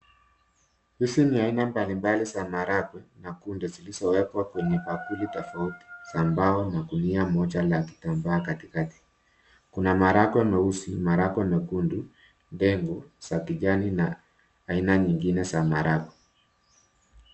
Hizi ni aina mbalimbali za maharagwe na kunde zilizowekwa kwenye bakuli tafauti za mbao na kunia moja la kikambaa katikati, Kuna maharagwe meusi , maharagwe mekundu, ndengu za kijani na aina nyingine za maharagwe